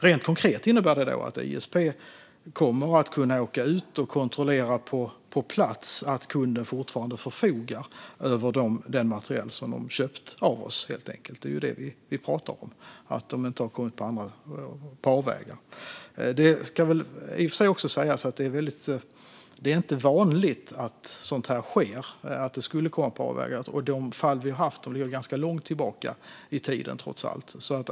Rent konkret innebär det att ISP kommer att kunna åka ut och kontrollera på plats att kunden fortfarande förfogar över den materiel som de har köpt av oss och att den inte har kommit på avvägar. Det är vad vi pratar om. Det är inte vanligt att materiel kommer på avvägar, och de fall vi har haft ligger trots allt ganska långt tillbaka i tiden.